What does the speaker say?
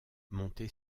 monté